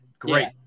Great